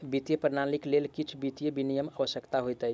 वित्तीय प्रणालीक लेल किछ वित्तीय विनियम आवश्यक होइत अछि